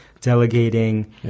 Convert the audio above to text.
delegating